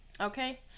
okay